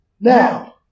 Now